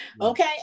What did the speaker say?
Okay